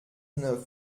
neuf